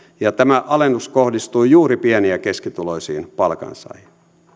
ja tämä alennus kohdistui juuri pieni ja keskituloisiin palkansaajiin